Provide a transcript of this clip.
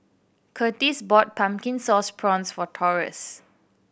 Kurtis bought Pumpkin Sauce Prawns for Taurus